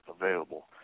available